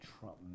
Trump